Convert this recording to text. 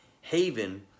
haven